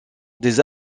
des